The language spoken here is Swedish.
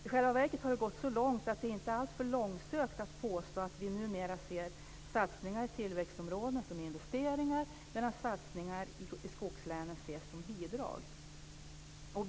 I själva verket har det gått så långt att det inte är alltför långsökt att påstå att vi numera ser satsningar i tillväxtområdena som investeringar, medan satsningar i skogslänen ses som bidrag.